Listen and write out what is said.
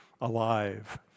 alive